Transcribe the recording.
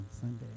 Sunday